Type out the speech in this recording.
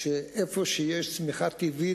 שאיפה שיש צמיחה טבעית,